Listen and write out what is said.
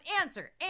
answer